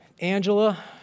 Angela